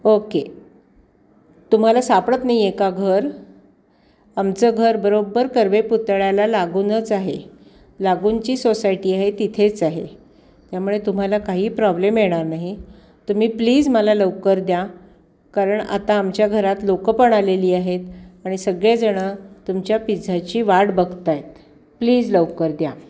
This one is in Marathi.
ओके तुम्हाला सापडत नाही आहे का घर आमचं घर बरोब्बर कर्वे पुतळ्याला लागूनच आहे लागूनची सोसायटी आहे तिथेच आहे त्यामुळे तुम्हाला काही प्रॉब्लेम येणार नाही तुम्ही प्लीज मला लवकर द्या कारण आता आमच्या घरात लोकं पण आलेली आहेत आणि सगळेजणं तुमच्या पिझ्झाची वाट बघत आहेत प्लीज लवकर द्या